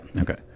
Okay